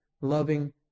loving